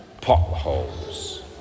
potholes